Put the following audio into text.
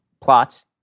plots